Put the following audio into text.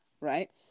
right